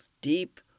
Deep